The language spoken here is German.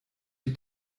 die